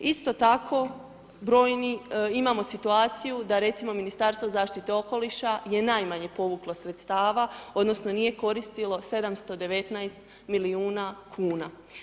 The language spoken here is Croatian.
Isto tako brojni, imamo situaciju da recimo Ministarstvo zaštite okoliša je najmanje povuklo sredstava, odnosno nije koristilo 719 milijuna kuna.